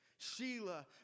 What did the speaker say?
Sheila